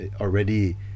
already